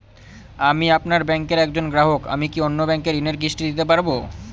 আমি আপনার ব্যাঙ্কের একজন গ্রাহক আমি কি অন্য ব্যাঙ্কে ঋণের কিস্তি দিতে পারবো?